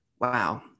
Wow